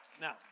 Now